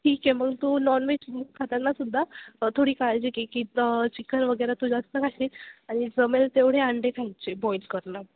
ठीक आहे मग तू नॉनवेज खाताना सुद्धा थोडी काळजी घे की चिकन वगैरे तू जास्त खाशील आणि जमेल तेवढे अंडे खायचे बॉईल करणं